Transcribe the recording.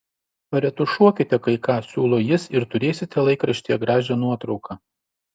paretušuokite kai ką siūlo jis ir turėsite laikraštyje gražią nuotrauką